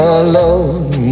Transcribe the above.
alone